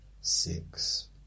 six